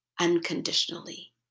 unconditionally